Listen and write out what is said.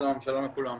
שלום לכולם.